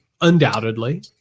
undoubtedly